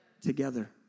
together